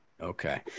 Okay